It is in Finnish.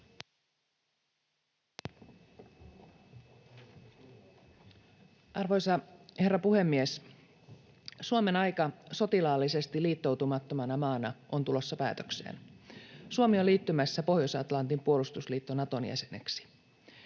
Arvoisa herra puhemies! Suomen aika sotilaallisesti liittoutumattomana maana on tulossa päätökseen. Suomi on liittymässä Pohjois-Atlantin puolustusliitto Naton jäseneksi.